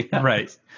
Right